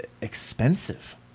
expensive